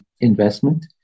investment